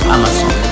Amazon